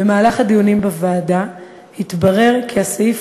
במהלך הדיונים בוועדה התברר כי הסעיף